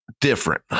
Different